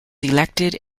elected